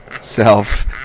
self